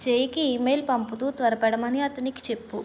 జైకి email పంపుతూ త్వరపడమని అతనికి చెప్పు